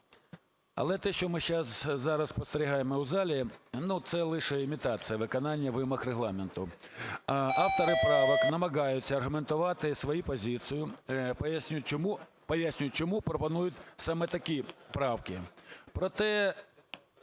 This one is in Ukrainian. Але те, що ми зараз спостерігаємо у залі, ну, це лише імітація виконання вимог Регламенту. Автори правок намагаються аргументувати свою позицію, пояснюють, чому пропонують саме такі правки,